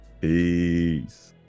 peace